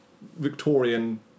Victorian